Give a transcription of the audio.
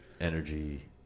energy